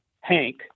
Hank